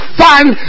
fine